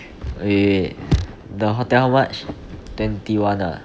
wait wait wait the hotel how much twenty one ah